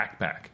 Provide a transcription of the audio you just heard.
backpack